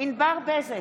ענבר בזק,